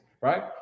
right